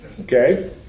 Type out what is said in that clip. Okay